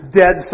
dead